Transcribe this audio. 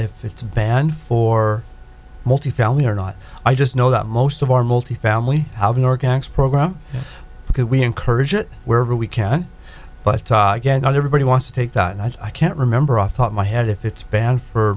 if it's banned for multifamily or not i just know that most of our multifamily how the organ acts programme because we encourage it wherever we can but tog and not everybody wants to take that and i can't remember off the top my head if it's banned for